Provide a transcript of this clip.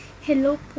Hello